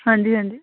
ਹਾਂਜੀ ਹਾਂਜੀ